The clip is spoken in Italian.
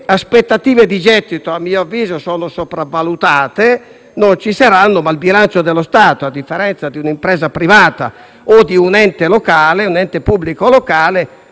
aspettative di gettito, a mio avviso, sono sopravvalutate. Non ci saranno, ma lo Stato, a differenza di un'impresa privata o di un ente pubblico locale,